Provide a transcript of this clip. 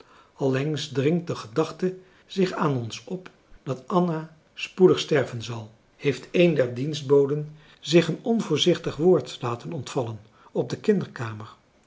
allengs dringt de gedachte zich aan ons op dat anna spoedig sterven zal heeft een der dienstboden zich een onvoorzichtig woord laten ontvallen op de kinderkamer